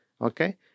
okay